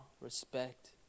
respect